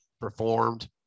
performed